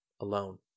alone